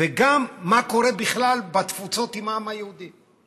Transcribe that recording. וגם מה קורה בכלל בתפוצות עם העם היהודי.